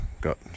got